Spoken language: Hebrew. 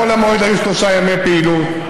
בחול המועד היו שלושה ימי פעילות,